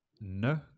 No